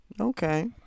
Okay